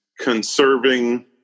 conserving